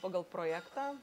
pagal projektą